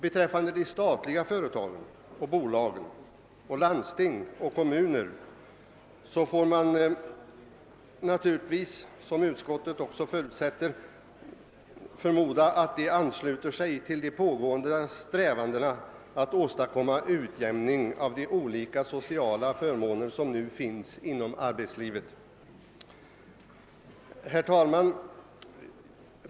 Beträffande statliga företag och bolag, landsting och kommuner får man, såsom utskottet också förutsätter, förmoda att de deltar i pågående strävanden att åstadkomma en utjämning av de olika sociala förmåner som finns inom arbetslivet. Herr talman!